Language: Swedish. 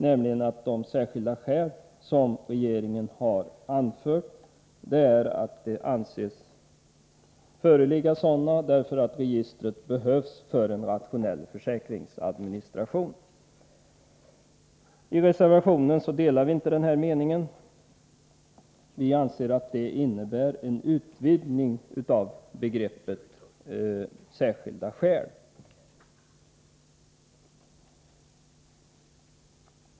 Regeringen har nämligen anfört att särskilda skäl anses föreligga därför att registret behövs för en rationell försäkringsadministration. Av reservationen framgår att vi inte delar denna mening. Vi anser att det är fråga om en utvidgning av begreppet särskilda skäl.